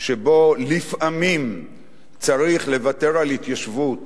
שבו לפעמים צריך לוותר על התיישבות